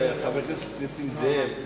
מה שאני התכוונתי, כבוד חבר הכנסת נסים זאב: